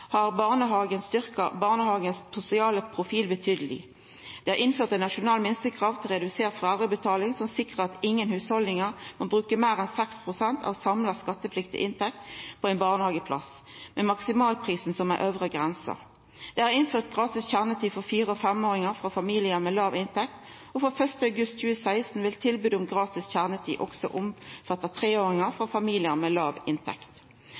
Det er innført eit nasjonalt minstekrav til redusert foreldrebetaling som sikrar at ingen hushald må bruka meir enn 6 pst. av den skattepliktige inntekta på ein barnehageplass, med maksimalprisen som ei øvre grense. Det er innført gratis kjernetid for fire- og femåringar frå familiar med låg inntekt, og frå 1. august 2016 vil tilbodet om gratis kjernetid også omfatta treåringar frå familiar med